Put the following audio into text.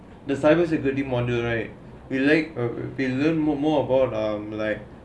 the cyber security model right we like err we learn more about um like